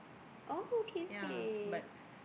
oh okay okay